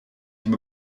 him